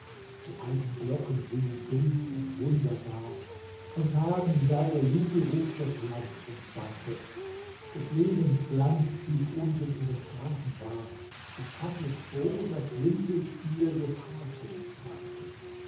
die alten glocken singen dumpf und wunderbar von tagen da ihr jubelruf das land umspannte des lebens glanz tief unten in den straßen war und fackelfroh das wimpelspiel des hafens brannte